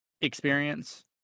experience